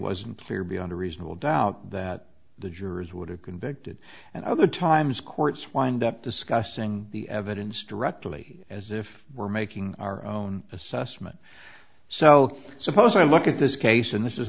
wasn't clear beyond a reasonable doubt that the jurors would have convicted and other times courts wind up discussing the evidence directly as if we're making our own assessment so suppose i look at this case and this is